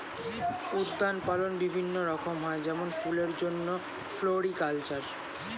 উদ্যান পালন বিভিন্ন রকম হয় যেমন ফুলের জন্যে ফ্লোরিকালচার